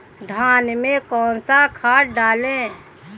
धान में कौन सा खाद डालें?